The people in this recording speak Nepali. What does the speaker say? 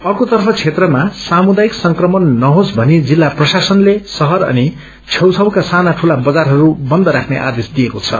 अर्कोतर्फ क्षेत्रमा सामुदायिक संक्रमण नहोस भनी जिल्ला प्रशासनले शहर अनि क्षेउछेउका साना ठूला बजारहरू बन्द राख्ने आदेश दिएक्वे छ